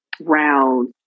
round